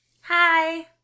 Hi